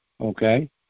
okay